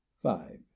Five